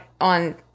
on